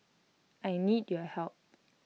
I need your help